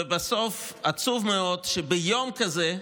ובסוף, עצוב מאוד שביום כזה,